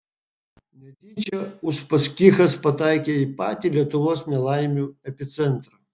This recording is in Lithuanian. netyčia uspaskichas pataikė į patį lietuvos nelaimių epicentrą